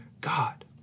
God